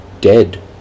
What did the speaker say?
dead